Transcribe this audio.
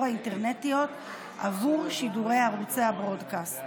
האינטרנטיות עבור שידורי ערוצי הברודקאסט.